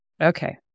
Okay